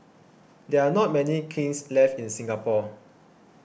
there are not many kilns left in Singapore